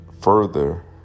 further